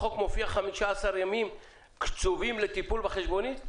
בחוק מופיע 15 ימים קצובים לטיפול בחשבונית?